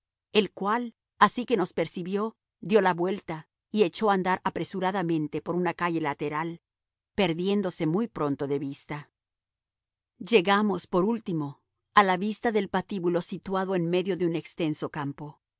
el cual así que nos percibió dio la vuelta y echó a andar apresuradamente por una calle lateral perdiéndose muy pronto de vista llegamos por último a la vista del patíbulo situado en medio de un extenso campo